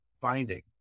binding